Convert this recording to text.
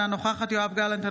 אינה נוכחת יואב גלנט,